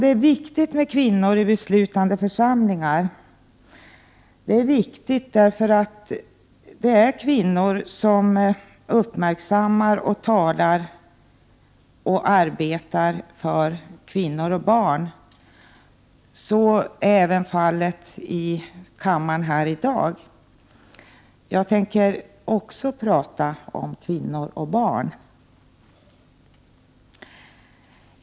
Det är viktigt med kvinnor i de beslutande församlingarna, därför att det är kvinnor som uppmärksammar, talar för och arbetar för kvinnor och barn. Så är fallet även här i kammaren i dag. Jag tänker också tala om kvinnor och barn.